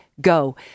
go